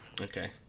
Okay